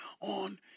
on